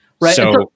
Right